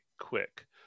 quick